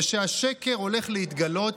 ושהשקר הולך להתגלות,